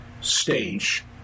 stage